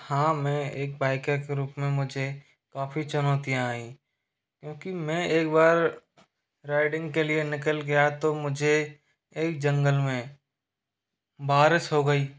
हाँ मैं एक बायकर के रूप में मुझे काफ़ी चुनौतियाँ आईं क्योंकि मैं एक बार राइडिंग के लिए निकल गया तो मुझे एक जंगल में बारिस हो गई